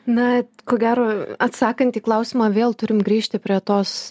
na ko gero atsakant į klausimą vėl turim grįžti prie tos